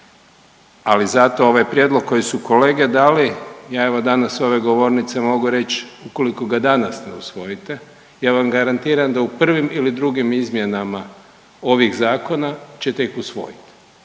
ali zato ovaj prijedlog koje su kolege dali ja evo danas s ove govornice mogu reć ukoliko ga danas usvojite ja vam garantiram da u prvim ili drugim izmjenama ovih zakona ćete ih usvojit